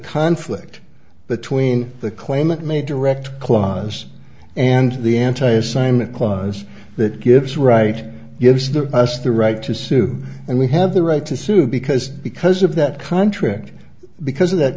conflict between the claimant may direct clause and the anti assignment cause that gives right gives the past the right to sue and we have the right to sue because because of that contract because of that